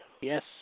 Yes